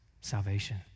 salvation